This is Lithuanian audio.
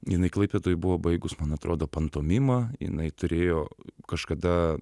jinai klaipėdoj buvo baigus man atrodo pantomimą jinai turėjo kažkada